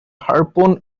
harpoon